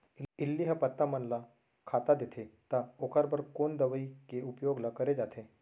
इल्ली ह पत्ता मन ला खाता देथे त ओखर बर कोन दवई के उपयोग ल करे जाथे?